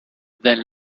then